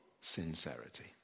sincerity